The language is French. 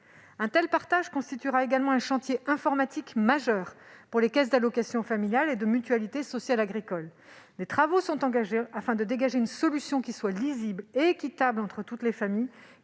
Un tel partage constituera également un chantier informatique majeur pour les caisses d'allocations familiales et de mutualité sociale agricole. Des travaux sont engagés afin de dégager une solution lisible et équitable entre toutes les familles,